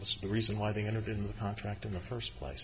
that was the reason why they entered in the contract in the first place